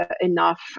enough